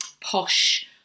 posh